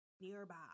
nearby